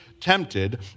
tempted